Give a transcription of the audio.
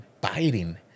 biting